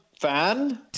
fan